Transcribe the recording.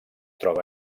troba